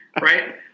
right